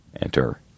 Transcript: Enter